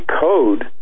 code